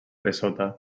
dessota